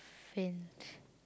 faint